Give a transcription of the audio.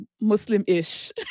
Muslim-ish